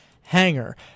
Hanger